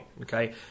okay